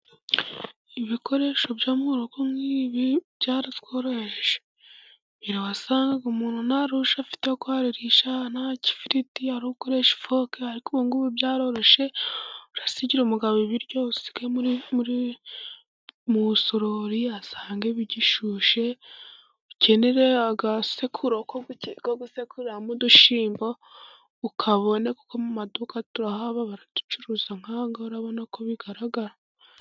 Ibikoresho byo mu rugo nk'ibi, byaratworohereje mu gihe wasangaga umuntu nta rusho afite yo kwarurisha, nta kibiriti ari ugukoresha ifoke, ariko ubu ngubu byaroroshye urasigira umugabo ibiryo ubisige mu isorori asange bigishyushye, ukenera agasekuru ko gusekuriramo udushyimbo ukakabona, kuko mu maduka turahaba baraducuruza, nk'aha ngaha urabona ko bigaragara.